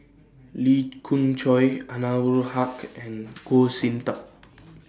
Lee Khoon Choy Anwarul Haque and Goh Sin Tub